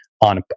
on